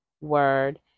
word